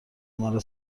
مرا